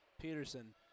Peterson